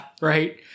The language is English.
right